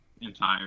entire